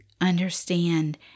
understand